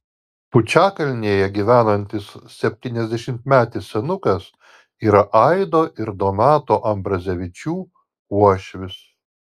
pučiakalnėje gyvenantis septyniasdešimtmetis senukas yra aido ir donato ambrazevičių uošvis